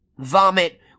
vomit